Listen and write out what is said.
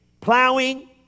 Plowing